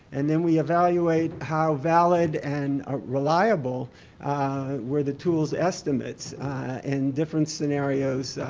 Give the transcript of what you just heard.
and then we evaluate how valid and ah reliable were the tools estimates and different scenarios,